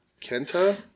Kenta